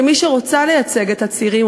כמי שרוצה לייצג את הצעירים,